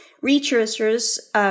Researchers